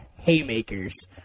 haymakers